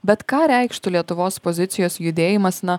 bet ką reikštų lietuvos pozicijos judėjimas na